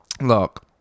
Look